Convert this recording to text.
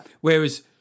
Whereas